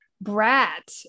Brat